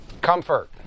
comfort